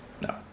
No